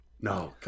No